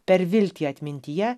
per viltį atmintyje